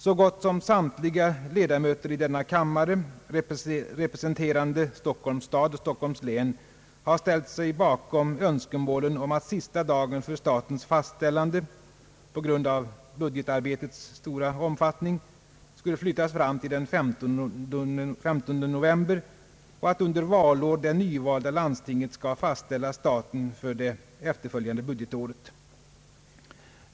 Så gott som samtliga ledamöter i denna kammare, representerande Stockholms stad och Stockholms län, har ställt sig bakom önskemålen om att sista dagen för statens fastställande — på grund av budgetarbetets stora omfattning — skall flyttas fram till den 15 november och att under valår det nyvalda landstinget skall fastställa staten för det efterföljande budgetåret.